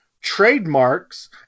trademarks